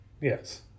Yes